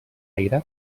aire